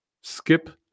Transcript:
skip